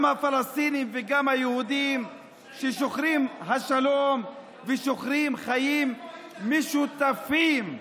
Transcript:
גם הפלסטינים וגם היהודים השוחרים שלום ושוחרים חיים משותפים.